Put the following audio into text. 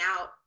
out